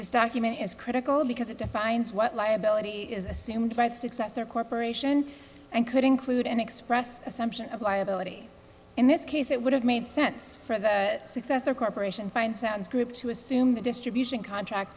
this document is critical because it defines what liability is assumed by its successor corporation and could include an express assumption of liability in this case it would have made sense for the successor corporation find sounds group to assume the distribution contract